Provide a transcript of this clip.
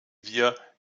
wir